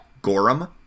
Gorum